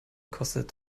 kostet